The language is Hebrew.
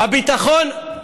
הביטחון,